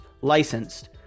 licensed